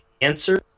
answer